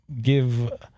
Give